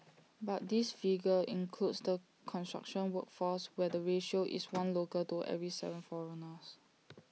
but this figure includes the construction workforce where the ratio is one local for every Seven foreigners